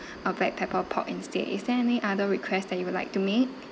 uh black pepper pork instead is there any other request that you would like to make